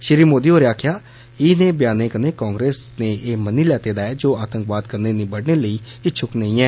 श्री मोदी होरें आक्खेआ इनेह ब्यानै कन्नै कांग्रेस ने ऐह मन्नी लैता ऐ जे ओ आतंकवाद कन्नै निबड़ने लेई इच्छुक नेई ऐ